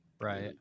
Right